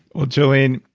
well, jolene,